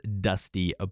Dusty